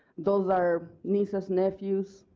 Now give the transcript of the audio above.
those are nieces, nephews.